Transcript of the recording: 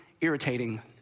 irritating